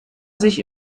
sich